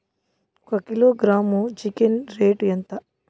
ఒక kilogram chicken rate ఎంత?